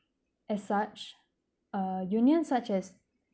as such uh unions such as